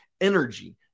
energy